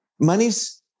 money's